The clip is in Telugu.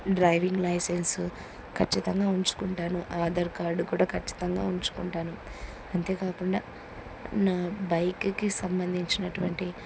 డ్రైవింగ్ లైసెన్సు ఖచ్చితంగా ఉంచుకుంటాను ఆధార్ కార్డు కూడా ఖచ్చితంగా ఉంచుకుంటాను అంతేకాకుండా నా బైక్కి సంబంధించినటువంటి